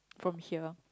from here